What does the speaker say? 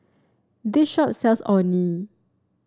this shop sells Orh Nee